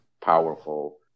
powerful